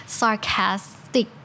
sarcastic